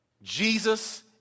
Jesus